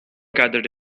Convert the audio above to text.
gathered